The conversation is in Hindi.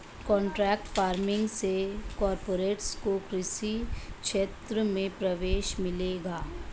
कॉन्ट्रैक्ट फार्मिंग से कॉरपोरेट्स को कृषि क्षेत्र में प्रवेश मिलेगा